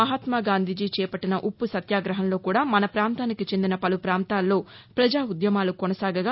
మహాత్మాగాంధీజీ చేపట్టిన ఉప్పు సత్యాగహంలో కూడా మన ప్రాంతానికి చెందిన పలు ప్రాంతాల్లో ప్రజా ఉద్యమాలు కొనసాగగా